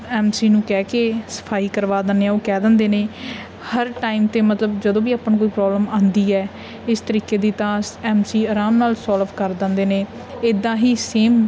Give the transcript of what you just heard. M C ਨੂੰ ਕਹਿ ਕੇ ਸਫਾਈ ਕਰਵਾ ਦਿੰਦੇ ਹਾਂ ਉਹ ਕਹਿ ਦਿੰਦੇ ਨੇ ਹਰ ਟਾਈਮ 'ਤੇ ਮਤਲਬ ਜਦੋਂ ਵੀ ਆਪਾਂ ਨੂੰ ਕੋਈ ਪ੍ਰੋਬਲਮ ਆਉਂਦੀ ਹੈ ਇਸ ਤਰੀਕੇ ਦੀ ਤਾਂ ਸ ਐਮ ਸੀ ਆਰਾਮ ਨਾਲ ਸੋਲਵ ਕਰ ਦਿੰਦੇ ਨੇ ਇੱਦਾਂ ਹੀ ਸੇਮ